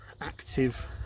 active